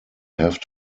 have